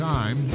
Time